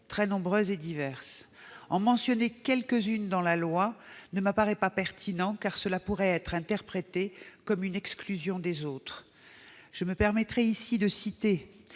très nombreuses et diverses. En mentionner quelques-unes dans la loi ne me paraît pas pertinent, car cela pourrait être interprété comme une exclusion des autres. Je me permets de citer